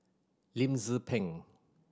Lim Tze Peng